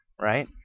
Right